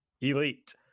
Elite